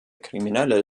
kriminelle